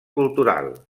cultural